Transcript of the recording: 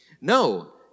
No